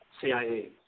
CIA